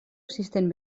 assistent